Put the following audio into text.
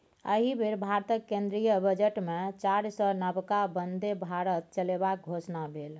एहि बेर भारतक केंद्रीय बजटमे चारिसौ नबका बन्दे भारत चलेबाक घोषणा भेल